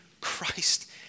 Christ